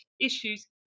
issues